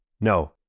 No